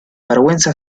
vergüenza